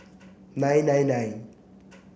nine nine nine